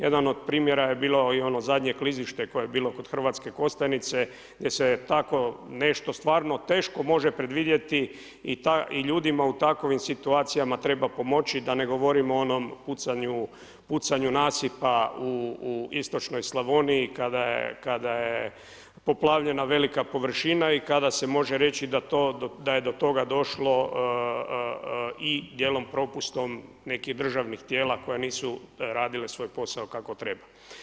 Jedan od primjera je bilo i ono zadnje klizište koje je bilo kod Hrvatske Kostajnice gdje se tako nešto stvarno teško može predvidjeti i ljudima u takvim situacijama treba pomoći, da ne govorimo o onom pucanju, pucanju nasipa u istočnoj Slavoniji kada je poplavljena velika površina i kada se može reći da je do toga došlo i dijelom propustom nekih državnih tijela koja nisu radila svoj posao kako treba.